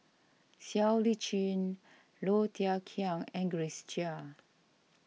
Siow Lee Chin Low Thia Khiang and Grace Chia